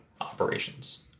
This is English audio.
operations